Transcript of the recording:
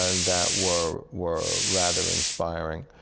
and that were were rather inspiring.